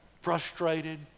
frustrated